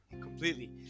completely